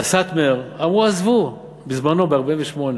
והסאטמר אמרו: עזבו, בזמנו ב-1948.